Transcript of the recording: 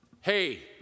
hey